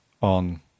on